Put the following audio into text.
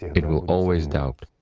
it will always doubt,